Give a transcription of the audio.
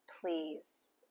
please